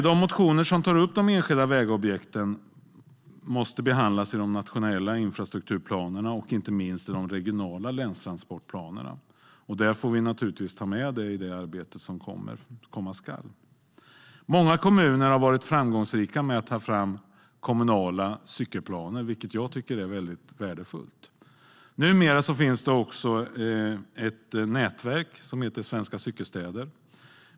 De motioner som tar upp de enskilda vägobjekten måste behandlas i de nationella infrastrukturplanerna och inte minst i de regionala länstransportplanerna. Vi får naturligtvis ta med det i det arbete som komma skall. Många kommuner har varit framgångsrika i att ta fram kommunala cykelplaner, vilket jag tycker är väldigt värdefullt. Numera finns det ett nätverk som heter Svenska Cykelstäder.